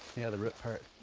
yeah the root part.